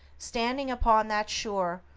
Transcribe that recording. standing upon that shore,